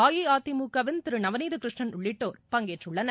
அஇஅதிமுகவிள் திரு நவநீத கிருஷ்ணன் உள்ளிட்டோர் பங்கேற்றுள்ளனர்